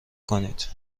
کنید